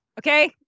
Okay